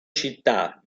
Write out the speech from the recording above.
città